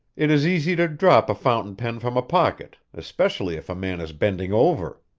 it is easy to drop a fountain pen from a pocket, especially if a man is bending over.